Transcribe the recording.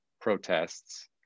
protests